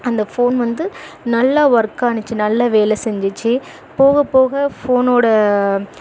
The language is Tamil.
அந்தப் ஃபோன் வந்து நல்லா ஒர்க் ஆகிச்சு நல்லா வேலை செஞ்சிச்சு போகப் போக ஃபோனோடய